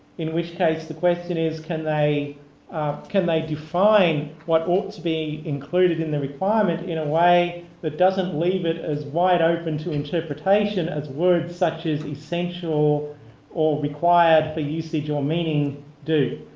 in which case the question is can they can they define what ought to be included in the requirement in a way that doesn't leave it as wide open to interpretation as words such as essential or required for usage or meaning do.